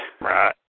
Right